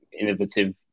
innovative